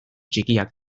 txikiak